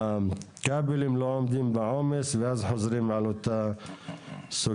הכבלים לא עומדים בעומס ואז חוזרים על אותה סוגיה.